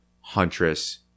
Huntress